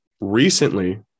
Recently